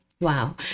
Wow